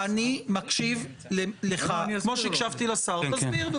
אני מקשיב לך כמו שהקשבתי לשר, תסביר.